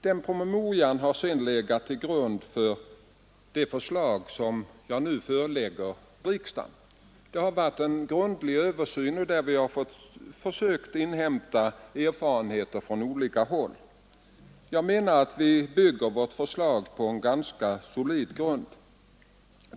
Den sammanställningen har sedan legat till grund för det förslag som jag nu förelägger riksdagen. Vi har gjort en grundlig översyn, där vi försökt inhämta erfarenheter från olika håll. Vi bygger alltså vårt förslag på en ganska solid grund.